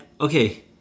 okay